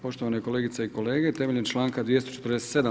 Poštovane kolegice i kolege, temeljem članka 247.